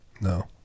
No